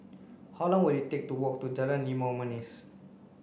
how long will it take to walk to Jalan Limau Manis